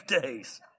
days